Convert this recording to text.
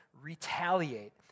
retaliate